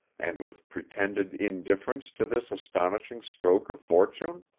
and with pretended indifference to this astonishing stroke of fortune?